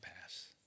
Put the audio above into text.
pass